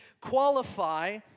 qualify